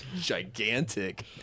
gigantic